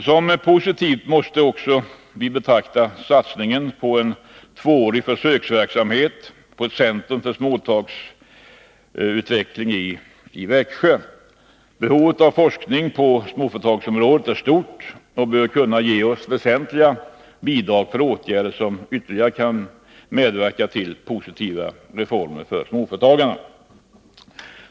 Som positiv måste vi också betrakta satsningen på en tvåårig försöksverksamhet med ett centrum för småföretagsutveckling i Växjö. Behovet av forskning på småföretagsområdet är stort, och det gör att vi bör kunna få väsentliga bidrag till åtgärder som ytterligare kan medverka till positiva reformer för småföretagarna.